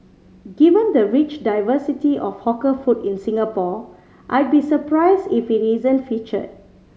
given the rich diversity of hawker food in Singapore I'd be surprised if it isn't featured